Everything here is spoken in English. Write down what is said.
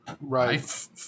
Right